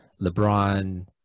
LeBron